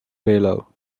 pillow